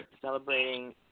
celebrating